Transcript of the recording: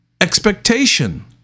expectation